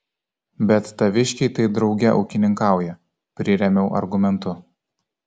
bet taviškiai tai drauge ūkininkauja prirėmiau argumentu